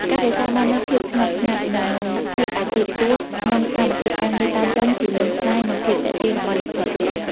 ការរក្សាបាននូវភាពស្ងប់ស្ងាត់ និងភាពអាជីពទោះក្នុងស្ថានភាពការងារតានតឹង ជាមន្តស្នេហ៍ និងភាពទាក់ទាញរបស់អ្នកថតរូប។